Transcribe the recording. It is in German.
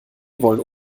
wollen